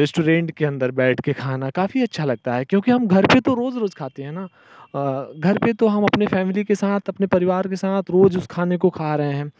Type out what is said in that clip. restaurant के अंदर बैठ के खाना काफ़ी अच्छा लगता है क्योंकि हम घर पे तो रोज रोज खाते हैं ना घर पे तो हम अपने फैमिली के साथ अपने परिवार के साथ रोज उस खाने को खा रहे हैं